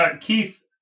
Keith